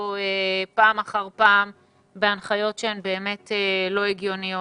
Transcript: פעם אחר פעם בהנחיות שהן לא הגיוניות.